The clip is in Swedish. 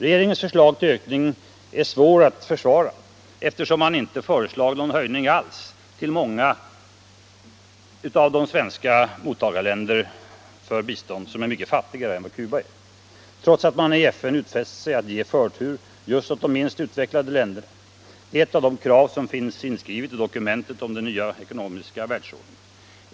Regeringens förslag till ökning är svårt att försvara eftersom någon höjning inte alls föreslagits till många av de svenska mottagarländer för bistånd som är mycket fattigare än Cuba trots att man i FN utfäst sig att ge förtur åt just de minst utvecklade länderna. Det är ett av de krav som finns inskrivna i dokumentet om den nya ekonomiska världsordningen.